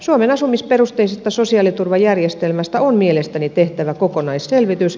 suomen asumisperusteisesta sosiaaliturvajärjestelmästä on mielestäni tehtävä kokonaisselvitys